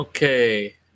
Okay